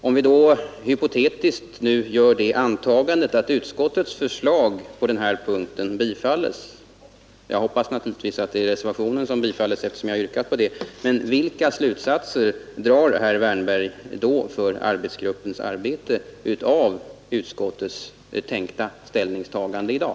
Om vi nu hypotetiskt gör det antagandet att utskottets hemställan på den här punkten bifalles — jag hoppas naturligtvis att reservationen bifalles, eftersom jag yrkat på det — vilka slutsatser för arbetsgruppens arbete drar då herr Wärnberg av riksdagens tänkta ställningstagande i dag?